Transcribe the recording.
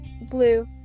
blue